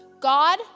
god